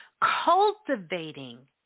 cultivating